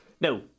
No